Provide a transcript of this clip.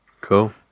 Cool